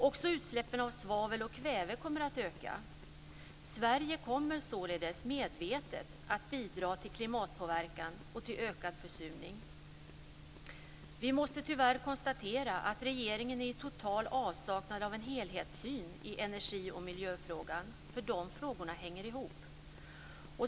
Också utsläppen av svavel och kväve kommer att öka. Sverige kommer således medvetet att bidra till klimatpåverkan och till ökad försurning. Vi måste tyvärr konstatera att regeringen är i total avsaknad av en helhetssyn i energi och miljöfrågan! De frågorna hänger ihop.